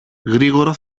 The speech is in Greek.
γρήγορα